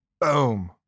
boom